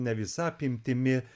ne visa apimtimi